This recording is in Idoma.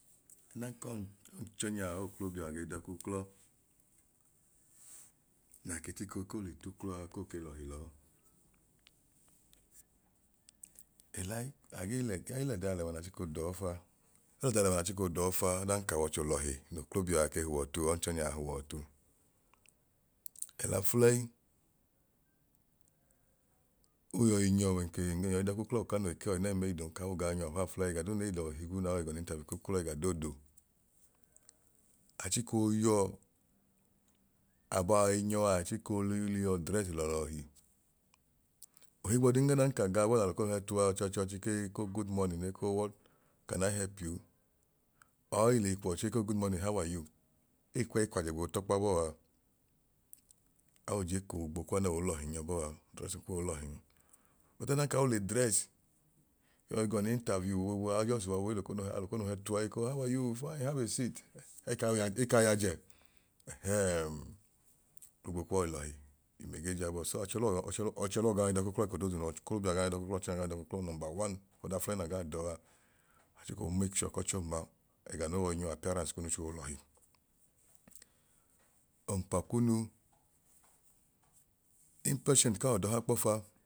Adan kọn ọnchọnyaa or oklobia ge dọọk'uklọ naa ke chiko koo le t'uklọ aa koo ke lọhi lọọ olọdalẹwa naa chiko dọọ fa, olọda lẹwa naa chiko dọọ fa odan ka w'ọcho lọhi no oklobia ke huọ ọtu ọnchọnyaa huọ ọtu. Ọla fulẹyi oyọi nyọ ọwẹ eko n yọi dọk'uklọ u kano ekei ọyinẹm ei dum kawoo gaa nyọ afaafulẹyi ẹga duu nee lọ higwu na wooi gọ n'interview k'uklọ ẹga doodu achiko yọọ abaa yọi nyọa achiko li liiyọ drẹs lọọlọhi ohigbọdin adan ka ga abọ naa l'okonu hẹ tua ọchọọchọọchi ke koo good morning ne koo what, can i help you? Or ei leyi kuwọ chii okoo how are you, can i help you? Eyi kwẹyi kwajẹ gboo t'ọkpa bọọa awoo je koo gbo kwu anọọ lọhin yọbọa dressing kuwọọ lọhin but ọdan ka woo le dress yọi gọ n'interview boobu awoo just wa boobu eel'okonu hẹ awoo l'okonu hẹ tua ekoo how are you fine have a seat ekau ekaa y'ajẹ ẹhẹẹm oogbo ku wọi lọhi so achọ lọ ọch ọchọ lọọ ga yọi dọọk'ukọ eko doodu no oklobia ga yọi dọọk'uklọ ọnchọnyaa ga yọi dọọk'uklọ number one ọda fulẹyi na gaa dọọ a achiko make sure k'ọchọọma ẹga no yọi nyọ a appearance kunu chiko lọh. Ọmpa kunu impatient ka wọ ọdọha kpọ fa